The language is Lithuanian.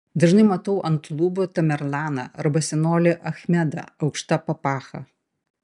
dažnai matau ant lubų tamerlaną arba senolį achmedą aukšta papacha